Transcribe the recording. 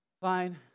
Fine